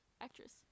actress